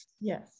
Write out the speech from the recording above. yes